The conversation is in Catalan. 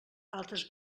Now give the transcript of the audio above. altres